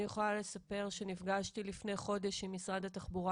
אני יכולה לספר שנפגשתי לפני חודש עם משרד התחבורה